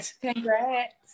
congrats